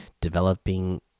developing